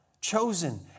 chosen